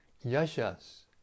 Yasha's